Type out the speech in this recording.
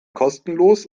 kostenlos